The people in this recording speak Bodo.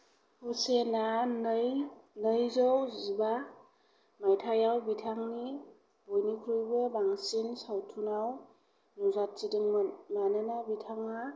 हुसेना नैजौ जिबा मायथायाव बिथांनि बयनिख्रुइबो बांसिन सावथुनाव नुजाथिदोंमोन मानोना बिथांहा